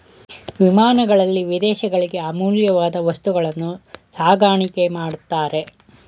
ವಿಮಾನಗಳಲ್ಲಿ ವಿದೇಶಗಳಿಗೆ ಅಮೂಲ್ಯವಾದ ವಸ್ತುಗಳನ್ನು ಸಾಗಾಣಿಕೆ ಮಾಡುತ್ತಾರೆ